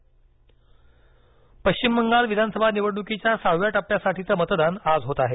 पश्चिम बंगाल पश्चिम बंगाल विधानसभा निवडणुकीच्या सहाव्या टप्प्यासाठीचं मतदान आज होत आहे